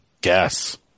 guess